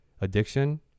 addiction